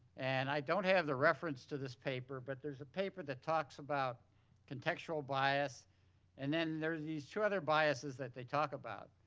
and i don't have the reference to this paper but there's a paper that talks about contextual bias and then there's these two other biases that they talk about.